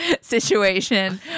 situation